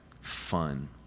fun